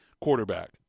quarterback